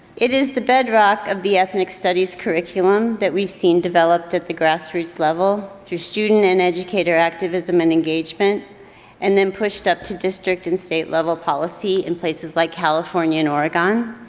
it is the bedrock of the ethnic studies curriculum that we've seen developed at the grassroots level through student and educator activism and engagement and then pushed up to district and state level policy in places like california and oregon.